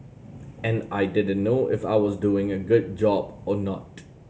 and I didn't know if I was doing a good job or not